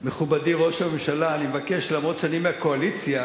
מכובדי ראש הממשלה, אף שאני מהקואליציה